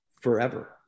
forever